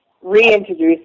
reintroduce